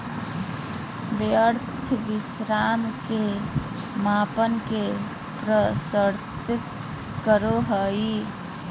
यथार्थ विश्व के मापन के प्रदर्शित करो हइ